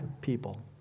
people